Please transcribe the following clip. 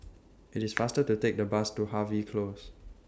IT IS faster to Take The Bus to Harvey Close